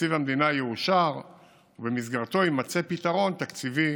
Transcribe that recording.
שתקציב המדינה יאושר ובמסגרתו יימצא פתרון תקציבי